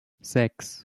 sechs